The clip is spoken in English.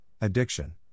addiction